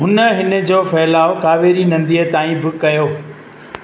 हुन इन्हीअ जो फलाउ कावेरी नदीअ ताईं बि कयो